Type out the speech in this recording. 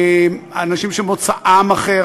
אנשים שמוצאם אחר.